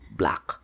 black